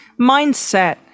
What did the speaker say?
mindset